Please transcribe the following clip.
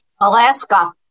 Alaska